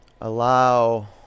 allow